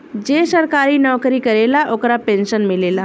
जे सरकारी नौकरी करेला ओकरा पेंशन मिलेला